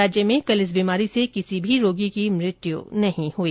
राज्य में कल इस बीमारी से किसी भी रोगी की मृत्यु नहीं हुई